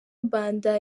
mbanda